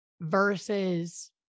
versus